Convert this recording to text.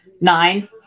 Nine